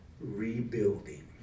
rebuilding